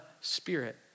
Spirit